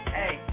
hey